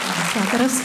labas vakaras